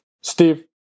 Steve